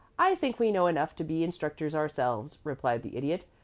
i think we know enough to be instructors ourselves, replied the idiot.